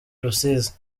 rusizi